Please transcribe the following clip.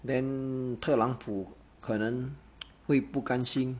then 特朗普可能会不甘心